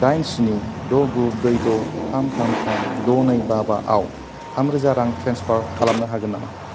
दाइन स्नि द' गु ब्रै द' थाम थाम थाम द' नै बा बा आव थामरोजा रां ट्रेन्सफार खालामनो हागोन नामा